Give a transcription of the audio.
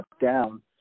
down